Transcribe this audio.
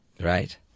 Right